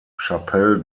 chapelle